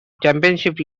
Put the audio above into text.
championship